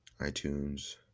ITunes